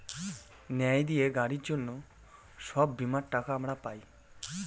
ন্যায় দিয়ে গাড়ির জন্য সব বীমার টাকা আমরা পাই